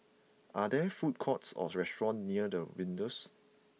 are there food courts or restaurants near The Windsor